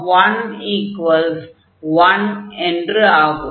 ஆகையால் 11 என்று ஆகும்